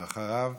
אחריו